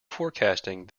forecasting